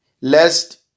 lest